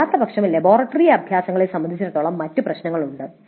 അല്ലാത്തപക്ഷം ലബോറട്ടറി അഭ്യാസങ്ങളെ സംബന്ധിച്ചിടത്തോളം മറ്റ് പ്രശ്നങ്ങളുണ്ട്